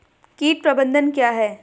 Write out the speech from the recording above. कीट प्रबंधन क्या है?